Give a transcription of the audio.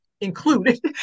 included